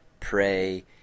pray